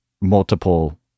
multiple